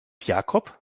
jakob